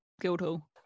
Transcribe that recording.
Guildhall